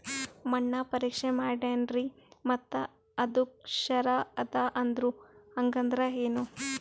ಮಣ್ಣ ಪರೀಕ್ಷಾ ಮಾಡ್ಯಾರ್ರಿ ಮತ್ತ ಅದು ಕ್ಷಾರ ಅದ ಅಂದ್ರು, ಹಂಗದ್ರ ಏನು?